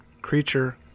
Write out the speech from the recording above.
creature